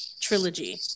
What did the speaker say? trilogy